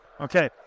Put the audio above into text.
Okay